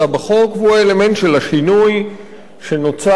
והוא האלמנט של השינוי שנוצר כאשר